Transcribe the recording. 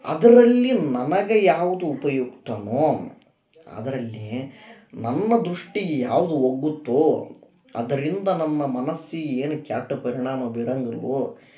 ಅದರಲ್ಲಿ ನನಗೆ ಯಾವುದು ಉಪಯುಕ್ತವೋ ಅದರಲ್ಲಿ ನನ್ನ ದೃಷ್ಟಿ ಯಾವುದು ಒಗ್ಗುತ್ತೋ ಅದರಿಂದ ನನ್ನ ಮನಸ್ಸು ಏನು ಕೆಟ್ಟ ಪರಿಣಾಮ ಬೀರಂಗಿಲ್ಲವೋ